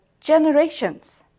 generations